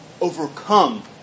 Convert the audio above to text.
overcome